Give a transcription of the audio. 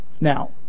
Now